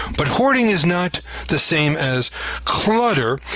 but hoarding is not the same as clutter.